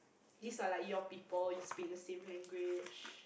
these are like your people you speak the same language